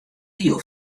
hiel